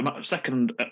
second